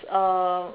um